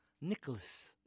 Nicholas